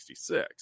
1966